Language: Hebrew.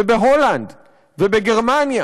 ובהולנד ובגרמניה